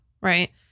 Right